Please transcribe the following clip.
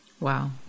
Wow